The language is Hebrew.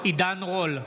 עידן רול,